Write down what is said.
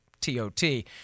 T-O-T